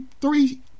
three